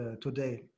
today